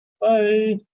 Bye